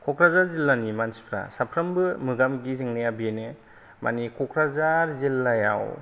क'क्राझार जिल्लानि मानसिफ्रा साफ्रामबो मोगा मोगि जोंनाया बेनो माने क'क्राझार जिलायाव